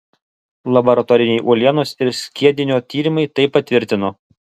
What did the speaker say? laboratoriniai uolienos ir skiedinio tyrimai tai patvirtino